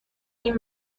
این